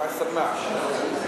חג שמח.